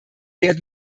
werden